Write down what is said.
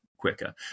quicker